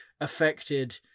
affected